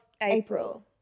April